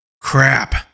Crap